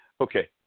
Okay